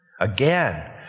Again